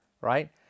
right